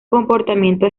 comportamiento